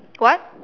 what